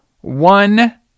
One